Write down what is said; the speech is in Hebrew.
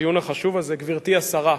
בדיון החשוב הזה, גברתי השרה,